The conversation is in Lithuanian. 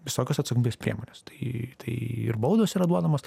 visokios atsakomybės priemonės tai tai ir baudos yra duodamos